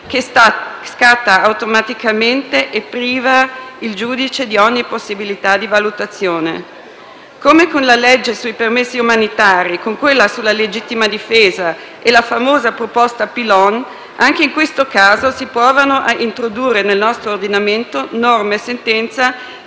che scatta automaticamente e priva il giudice di ogni possibilità di valutazione. Come con la legge sui permessi umanitari, con quella sulla legittima difesa e la famosa proposta Pillon, anche in questo caso si provano a introdurre nel nostro ordinamento norme-sentenza,